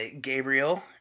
Gabriel